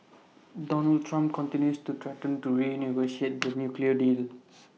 Donald Trump continues to threaten to renegotiate the nuclear deal